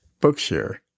Bookshare